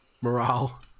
morale